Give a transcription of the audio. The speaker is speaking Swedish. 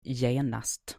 genast